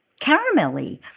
caramelly